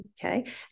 Okay